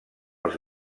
els